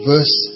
Verse